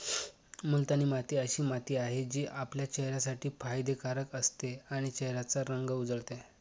मुलतानी माती अशी माती आहे, जी आपल्या चेहऱ्यासाठी फायदे कारक असते आणि चेहऱ्याचा रंग उजळते